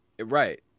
Right